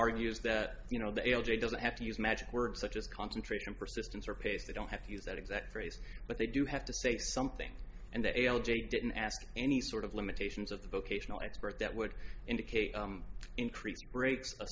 argues that you know the l j doesn't have to use magic words such as concentration persistence or pace they don't have to use that exact phrase but they do have to say something and the a l j didn't ask any sort of limitations of the vocational expert that would indicate increased rates a